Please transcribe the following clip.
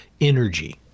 energy